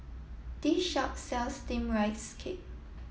this shop sells steamed rice cake